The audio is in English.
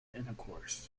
intercourse